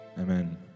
Amen